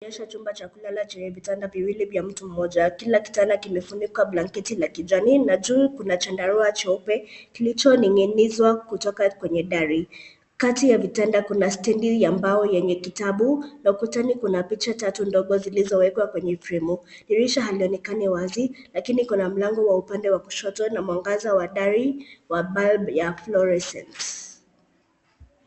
Kinaonyesha chumba cha kulala chenye vitanda viwili vya mtu mmoja. Kila kitanda kimefunikwa na blanketi la kijani na juu kuna chandarua cheupe kilichoning'inzwa kutoka kwenye dari. Kati ya vitanda kuna stendi ya mbao yenye kitabu na ukutani kuna picha tatu ndogo zilizowekwa kwenye fremu. Dirisha halionekani wazi lakini kuna mlango upande wa kushoto na mwangaza wa dari wa bulb ya florescent .